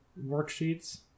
worksheets